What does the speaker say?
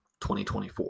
2024